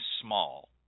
small